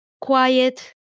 quiet